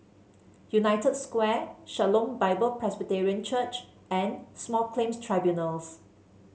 United Square Shalom Bible Presbyterian Church and Small Claims Tribunals